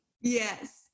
Yes